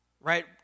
right